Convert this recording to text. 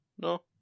no